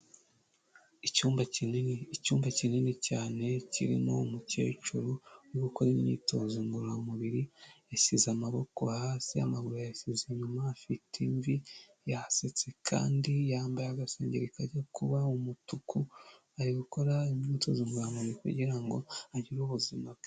Icyumba kinini cyane kirimo umukecuru uri gukora imyitozo ngororamubiri yashyize amaboko hasi amaguru ye yayashyize inyuma afite imvi, yasetse kandi yambaye agasengeri kajya kuba umutuku, ari gukora imyitozo ngorora mubiri kugira ngo agire ubuzima bwiza.